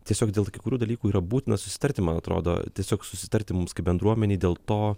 tiesiog dėl kai kurių dalykų yra būtina susitarti man atrodo tiesiog susitarti mums kaip bendruomenei dėl to